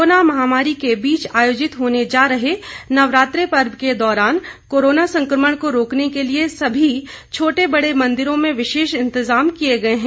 corona महामारी के बीच आयोजित होने जा रहे नवरात्रे पर्व के दौरान कोरोना संक्रमण को रोकने के लिए सभी छोटे बड़े मंदिरों में विशेष इंतजाम किए गए हैं